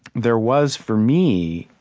there was, for me,